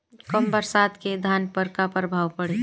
कम बरसात के धान पर का प्रभाव पड़ी?